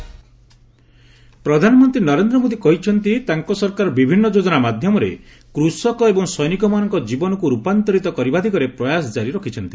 PM rally ପ୍ରଧାନମନ୍ତ୍ରୀ ନରେନ୍ଦ୍ର ମୋଦି କହିଛନ୍ତି ତାଙ୍କ ସରକାର ବିଭିନ୍ନ ଯୋଜନା ମାଧ୍ୟମରେ କୃଷକ ଏବଂ ସୈନିକମାନଙ୍କ ଜୀବନକୁ ରୂପାନ୍ତରିତ କରିବା ଦିଗରେ ପ୍ରୟାସ ଜାରି ରଖିଛନ୍ତି